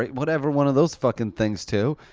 whatever one of those fucking things too.